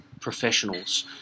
professionals